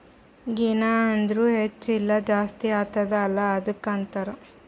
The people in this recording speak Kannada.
ಗೆನ್ ಅಂದುರ್ ಹೆಚ್ಚ ಇಲ್ಲ ಜಾಸ್ತಿ ಆತ್ತುದ ಅಲ್ಲಾ ಅದ್ದುಕ ಅಂತಾರ್